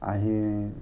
আহি